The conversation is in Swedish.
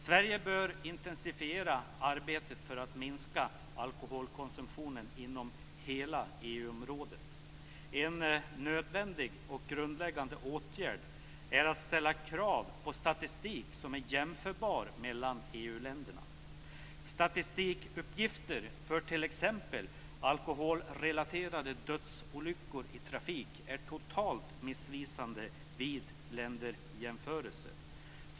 Sverige bör intensifiera arbetet för att minska alkoholkonsumtionen inom hela EU-området. En nödvändig och grundläggande åtgärd är att ställa krav på statistik som är jämförbar mellan EU-länderna. Statistikuppgifter för t.ex. alkoholrelaterade dödsolyckor i trafik är nu totalt missvisande vid länderjämförelser.